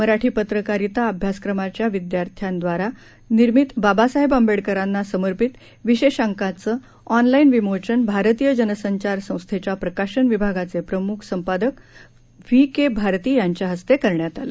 मराठी पत्रकारिता अभ्यासक्रमाच्या विध्यार्थ्याद्वारा निर्मित बाबासाहेब आंबेडकरांना समर्पित विषेशांकचे ऑनलाईन विमोचन भारतीय जनसंचार संस्थेच्या प्रकाशन विभागाचे प्रमुख संपादक व्ही के भारती यांच्या हस्ते करण्यात आलं